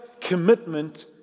commitment